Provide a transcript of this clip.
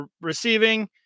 Receiving